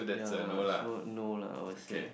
ya so no lah I would say